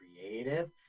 creative